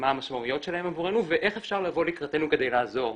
מה המשמעויות שלהם עבורנו ואיך אפשר לבוא לקראתנו כדי לעזור.